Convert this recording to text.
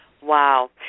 Wow